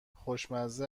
خوشمزه